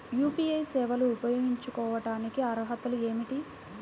UPI సేవలు ఉపయోగించుకోటానికి అర్హతలు ఏమిటీ?